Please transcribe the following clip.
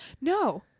no